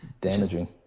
Damaging